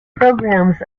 programmes